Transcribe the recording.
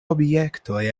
objektoj